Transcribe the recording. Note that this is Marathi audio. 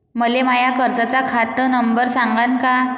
मले माया कर्जाचा खात नंबर सांगान का?